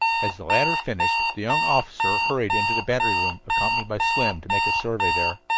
as the latter finished, the young officer hurried into the battery room, accompanied by slim, to make a survey there.